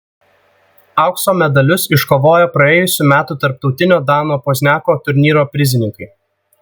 aukso medalius iškovojo praėjusių metų tarptautinio dano pozniako turnyro prizininkai